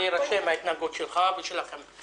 ההתנהגות שלך ושלכם תירשם.